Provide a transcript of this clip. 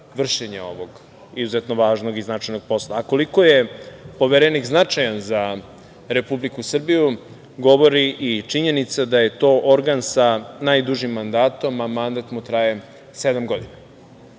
vršenje ovog izuzetno važnog i značajnog posla. Koliko je Poverenik značajan za Republiku Srbiju govori i činjenica da je to organ sa najdužim mandatom, a mandat mu traje sedam